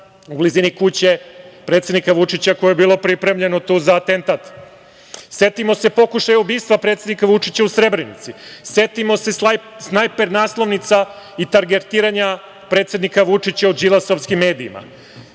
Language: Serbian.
u blizini kuće predsednika Vučića, koje je bilo pripremljeno za atentat. Setimo se pokušaja ubistva predsednika Vučića u Srebrenici. Setimo se snajper naslovnica i targetiranja predsednika Vučića u Đilasovskim medijima.